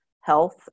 health